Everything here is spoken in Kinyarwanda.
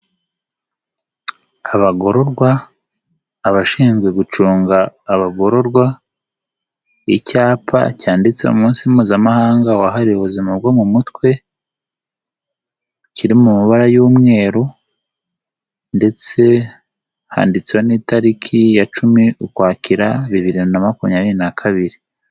Abagororwa, abashinzwe gucunga abagororwa, icyapa cyanditse umunsi mpuzamahanga wahariwe ubuzima bwo mu mutwe kiri mu mabara y'umweru ndetse handitseho n'itariki ya cumi ukwakira bibiri na makumyabiri na kabiri.